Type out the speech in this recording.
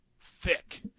thick